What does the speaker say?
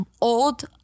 old